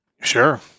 Sure